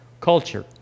culture